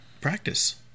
practice